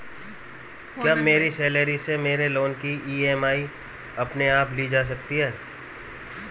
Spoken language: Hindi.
क्या मेरी सैलरी से मेरे लोंन की ई.एम.आई अपने आप ली जा सकती है?